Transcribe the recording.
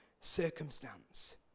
circumstance